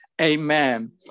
Amen